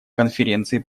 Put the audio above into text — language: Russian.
конференции